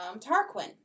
Tarquin